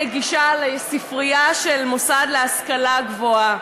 גישה לספרייה של מוסד להשכלה גבוהה),